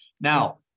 Now